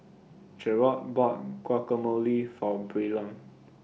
Jerod bought Guacamole For Braylon